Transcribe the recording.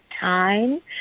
time